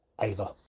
Ava